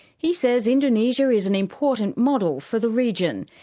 he says indonesia is an important model for the region,